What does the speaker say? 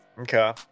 Okay